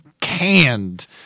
canned